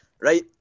right